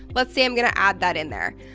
let's say i'm gonna add that in there,